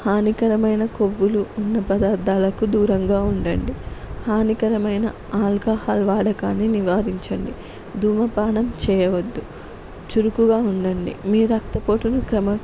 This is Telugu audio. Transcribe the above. హానికరమైన కొవ్వులు ఉన్న పదార్థాలకు దూరంగా ఉండండి హానికరమైన ఆల్కహాల్ వాడకాన్ని నివారించండి ధూమపానం చేయవద్దు చురుకుగా ఉండండి మీ రక్త పోటును క్రమ